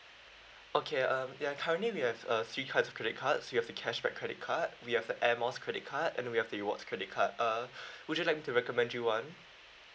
okay um ya currently we have uh three kinds of credit cards we have the cashback credit card we have the air miles credit card and we have the rewards credit card uh would you like to recommend you want